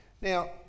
Now